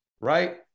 right